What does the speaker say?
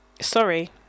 sorry